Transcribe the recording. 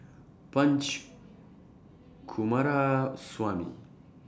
Punch Coomaraswamy